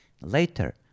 Later